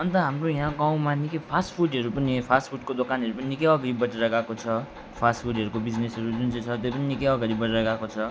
अन्त हाम्रो यहाँ गाउँमा निकै फास्टफुडहरू पनि फास्टफुडको दोकानहरू पनि निकै अगाडि बढेर गएको छ फास्टफुडहरूको बिजनेसहरू जुन चाहिँ छ त्यो पनि निकै अगाडि बढेर गएको छ